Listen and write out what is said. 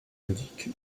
indique